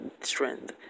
strength